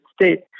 States